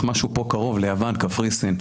משהו פה קרוב, ליוון או קפריסין,